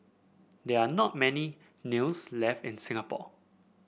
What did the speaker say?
there are not many kilns left in Singapore